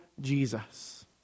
Jesus